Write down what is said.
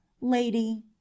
Lady